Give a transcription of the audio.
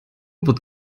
wird